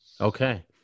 okay